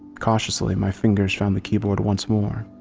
cautiously my fingers found the keyboard once more.